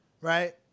right